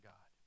God